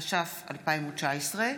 התש"ף 2019,